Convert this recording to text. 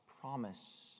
promise